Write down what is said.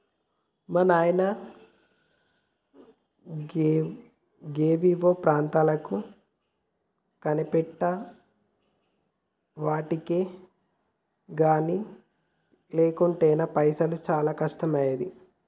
మా నాయిన గవేవో పత్రాలు కొనిపెట్టెవటికె గని లేకుంటెనా పైసకు చానా కష్టమయ్యేది